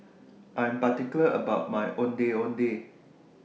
I Am particular about My Ondeh Ondeh